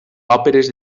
òperes